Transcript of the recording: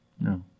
no